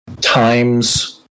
times